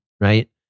right